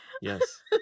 Yes